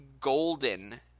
golden